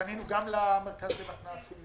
פנינו למרכז למתנ"סים.